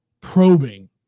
probing